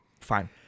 fine